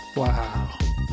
wow